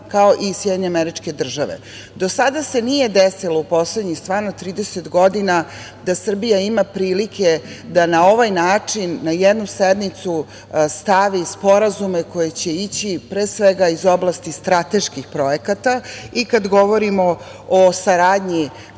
kao i SAD. Do sada se nije desilo, u poslednjih stvarno 30 godina, da Srbija ima prilike da na ovaj način na jednu sednicu stavi sporazume koji će ići, pre svega, iz oblasti strateških projekata i kad govorimo o saradnji